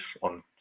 on